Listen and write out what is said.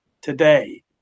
today